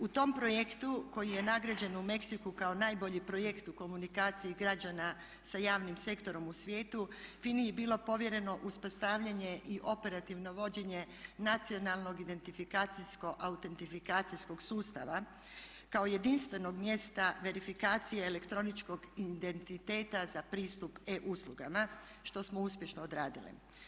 U tom projektu koji je nagrađen u Meksiku kao najbolji projekt u komunikaciji građana sa javnim sektorom u svijetu FINA-i je bilo povjereno uspostavljanje i operativno vođenje nacionalno identifikacijsko-autentifikacijskog sustava kao jedinstvenog mjesta verifikacije elektroničkog identiteta za pristup e-uslugama što smo uspješno odradili.